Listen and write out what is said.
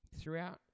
throughout